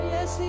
Yes